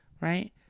right